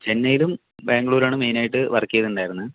ചെന്നൈയിലും ബാംഗ്ലൂരുമാണ് മെയ്നായിട്ടു വർക്ക് ചെയ്തിട്ടുണ്ടായിരുന്നത്